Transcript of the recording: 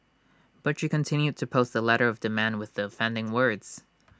but you continued to post the letter of demand with the offending words